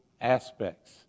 aspects